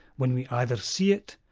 when we either see it,